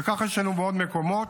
וככה יש לנו בעוד מקומות,